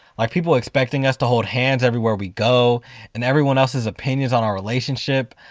like, people expecting us to hold hands everywhere we go and everyone else's opinions on our relationship.